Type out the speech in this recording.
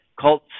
called